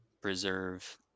preserve